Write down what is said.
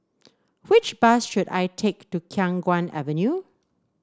which bus should I take to Khiang Guan Avenue